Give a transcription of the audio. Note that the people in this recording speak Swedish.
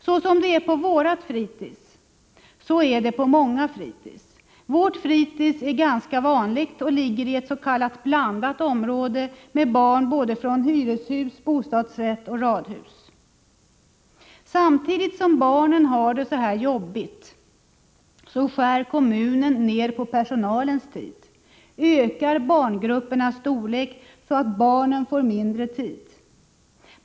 Så som det är på vårt fritis, så är det på många fritis. Vårt fritis är ganska vanligt och ligger i ett s.k. blandat område med barn från både hyreshus, bostadsrätt och radhus. Samtidigt som barnen har det så här jobbigt så skär kommunen ned personalens tid, ökar barngruppers storlek så att barnen får mindre tid.